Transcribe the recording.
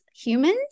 humans